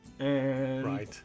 Right